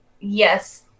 Yes